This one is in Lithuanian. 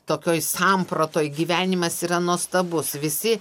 tokioj sampratoj gyvenimas yra nuostabus visi